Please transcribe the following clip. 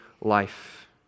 life